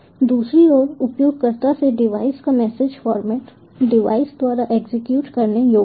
दूसरी ओर उपयोगकर्ता से डिवाइस का मैसेज फॉरमेट डिवाइस द्वारा एग्जीक्यूट करने योग्य है